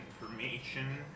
information